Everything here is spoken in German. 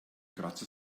kratzte